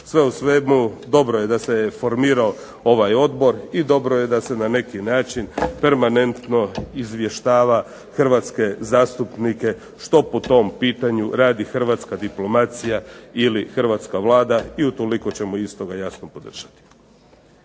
Sve u svemu dobro je da se formirao ovaj odbor i dobro je da se na neki način permanentno izvještava hrvatske zastupnike što po tom pitanju radi hrvatska diplomacija ili hrvatska Vlada i utoliko ćemo ih isto ga jasno podržati.